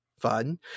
fun